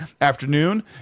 afternoon